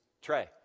Trey